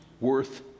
worth